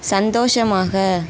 சந்தோஷமாக